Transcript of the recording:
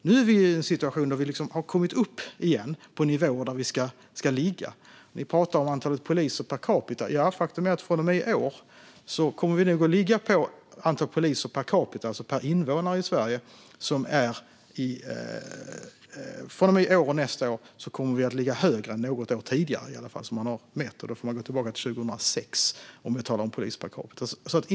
Nu är vi i en situation där vi återigen har kommit upp till de nivåer där vi ska ligga. Vi pratar om antalet poliser per capita. Faktum är att vi från och med i år och nästa år när det gäller antalet poliser per capita, alltså per invånare i Sverige, kommer att ligga högre än något tidigare år då man mätt. Man får gå tillbaka till 2006 när det gäller poliser per capita.